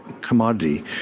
commodity